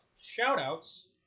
shout-outs